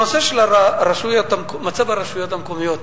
הנושא של מצב הרשויות המקומיות,